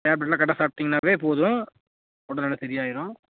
டேப்லெட்லாம் கரெக்டாக சாப்பிட்டீங்கன்னாவே போதும் உடல்நிலை சரி ஆயிடும்